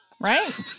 Right